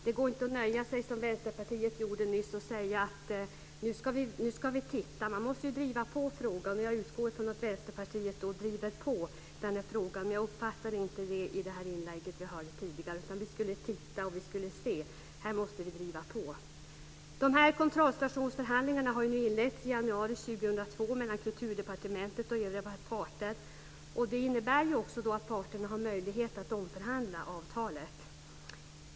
Det går inte att nöja sig, som Vänsterpartiet gjorde nyss, och säga att nu ska vi titta på det här. Man måste ju driva på i frågan. Jag utgår från att Vänsterpartiet driver på i den här frågan. Men så uppfattade jag det inte när jag lyssnade på det tidigare inlägget, utan att vi skulle titta och se. Här måste vi driva på! 2002 mellan Kulturdepartementet och övriga parter, och det innebär att parterna har möjlighet att omförhandla avtalet.